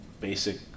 basic